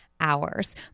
hours